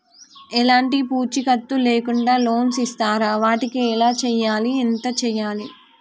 ఎలాంటి పూచీకత్తు లేకుండా లోన్స్ ఇస్తారా వాటికి ఎలా చేయాలి ఎంత చేయాలి?